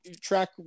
track